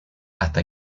hasta